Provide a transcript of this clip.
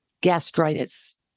gastritis